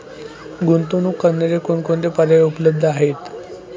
गुंतवणूक करण्याचे कोणकोणते पर्याय उपलब्ध आहेत?